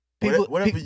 People